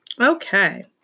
Okay